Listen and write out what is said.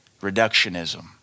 Reductionism